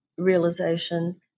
realization